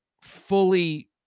fully